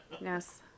Yes